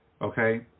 Okay